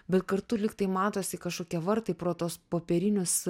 bet kartu lyg tai matosi kažkokie vartai pro tuos popierinius